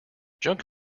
junk